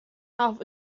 half